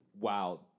Wow